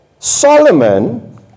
Solomon